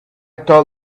told